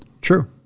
true